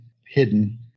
hidden